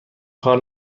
کار